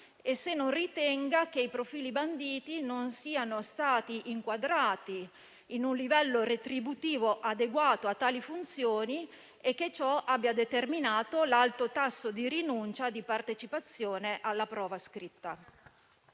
se non ritenga che i profili banditi non siano stati inquadrati in un livello retributivo adeguato a tali funzioni e che ciò abbia determinato l'alto tasso di rinuncia alla partecipazione alla prova scritta.